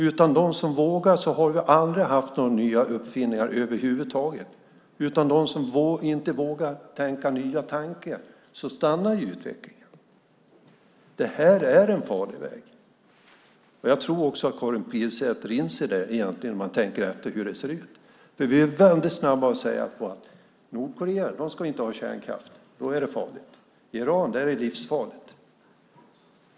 Utan dem som vågar hade vi aldrig haft några nya uppfinningar över huvud taget. Utan dem som vågar tänka nya tankar stannar utvecklingen. Det här är en farlig väg. Jag tror också att Karin Pilsäter egentligen inser det om hon tänker efter hur det ser ut. Vi är väldigt snabba att säga att Nordkorea inte ska ha kärnkraft, för det är farligt, och i Iran är det livsfarligt.